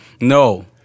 No